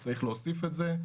צריך להוסיף את זה,